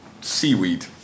seaweed